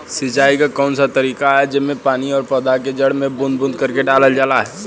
सिंचाई क कउन सा तरीका ह जेम्मे पानी और पौधा क जड़ में बूंद बूंद करके डालल जाला?